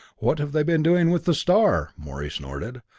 what have they been doing with the star? morey snorted.